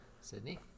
Sydney